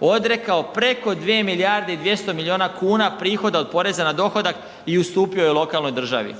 odrekao preko 2 milijarde i 200 milijuna kuna prihoda od poreza na dohodak i ustupio joj lokalnoj državi.